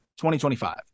2025